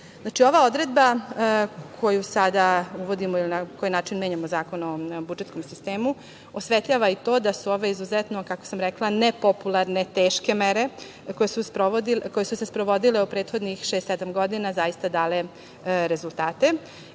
ova odredba koju sada uvodima i na koji način menjamo Zakon o budžetskom sistemu osvetljava i to da su ove izuzetno, kako sam rekla, nepopularne teške mere koje su se sprovodile u prethodnih šest-sedam godina, zaista dale rezultate,